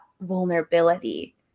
vulnerability